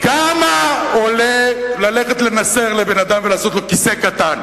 כמה עולה ללכת לנסר לבן-אדם ולעשות לו כיסא קטן,